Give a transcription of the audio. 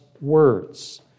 words